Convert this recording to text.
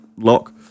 lock